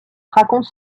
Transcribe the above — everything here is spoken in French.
raconte